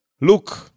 Look